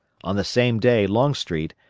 on the same day longstreet,